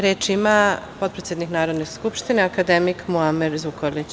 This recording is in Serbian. Reč ima potpredsednik Narodne skupštine akademik Muamer Zukorlić.